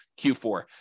Q4